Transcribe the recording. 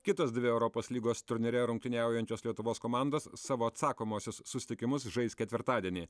kitos dvi europos lygos turnyre rungtyniaujančios lietuvos komandos savo atsakomuosius susitikimus žais ketvirtadienį